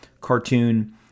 cartoon